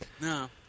No